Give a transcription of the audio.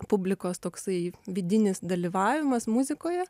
publikos toksai vidinis dalyvavimas muzikoje